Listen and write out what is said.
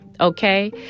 Okay